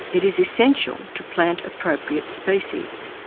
it is essential to plant appropriate species.